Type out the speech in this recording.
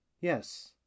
Yes